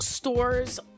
stores